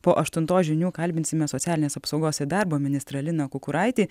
po aštuntos žinių kalbinsime socialinės apsaugos ir darbo ministrą liną kukuraitį